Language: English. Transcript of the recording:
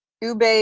ube